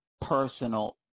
personal